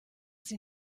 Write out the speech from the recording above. sie